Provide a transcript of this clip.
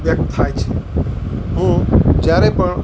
વ્યક્ત થાય છે હું જ્યારે પણ